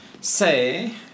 say